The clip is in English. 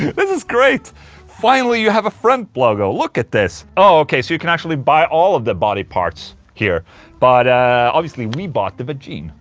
this is great finally you have a friend pluggo, look at this oh ok, so you can actually buy all of the body parts here but ah obviously we bought the vagina,